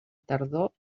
tardor